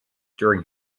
during